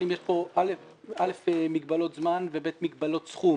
אם יש פה מגבלות זמן וכן מגבלות סכום.